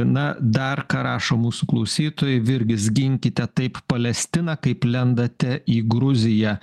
na dar ką rašo mūsų klausytojai virgis ginkite taip palestiną kaip lendate į gruziją